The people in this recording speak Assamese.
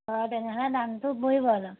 অঁ তেনেহ'লে দামটো পৰিব অলপ